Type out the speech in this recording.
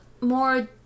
more